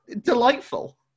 Delightful